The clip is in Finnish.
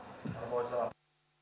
arvoisa herra puhemies